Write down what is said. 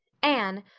anne,